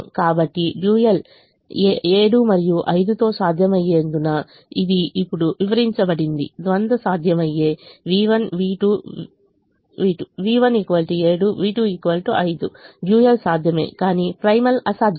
కాబట్టి డ్యూయల్ 7 మరియు 5 తో సాధ్యమయ్యేందున ఇది ఇప్పుడు వివరించబడింది ద్వంద్వ సాధ్యమయ్యే v1 v2 v1 7 v2 5 dual సాధ్యమే కాని ప్రైమల్ అసాధ్యం